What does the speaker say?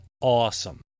awesome